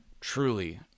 truly